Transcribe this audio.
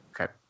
Okay